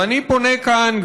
ואני פונה כאן,